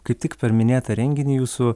kaip tik per minėtą renginį jūsų